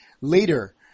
later